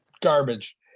garbage